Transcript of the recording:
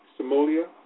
Somalia